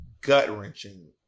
gut-wrenching